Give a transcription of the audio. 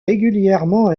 régulièrement